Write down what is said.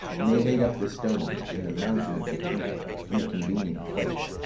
and they laid up the stones in the mountain of the temple, in a convenient place,